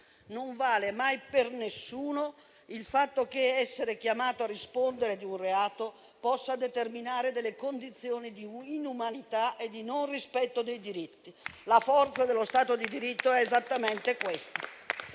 Non vale mai per nessuno il fatto che essere chiamato a rispondere di un reato possa determinare delle condizioni di inumanità e di non rispetto dei diritti. La forza dello Stato di diritto è esattamente questo.